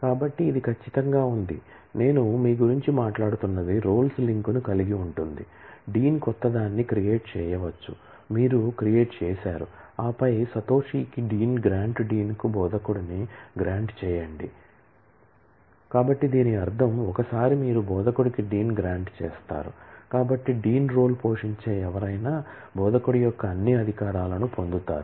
కాబట్టి ఇది ఖచ్చితంగా ఉంది నేను మీ గురించి మాట్లాడుతున్నది రోల్స్ లింక్ ను కలిగి ఉంటుంది డీన్ క్రొత్తదాన్ని క్రియేట్ చేయవచ్చు మీరు క్రియేట్ చేశారు ఆపై సతోషికి డీన్ గ్రాంట్ చేస్తారు కాబట్టి డీన్ రోల్ పోషించే ఎవరైనా బోధకుడి యొక్క అన్ని అధికారాలను పొందుతారు